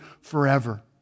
forever